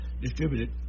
distributed